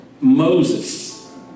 Moses